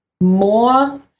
more